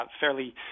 fairly